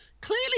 Clearly